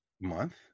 month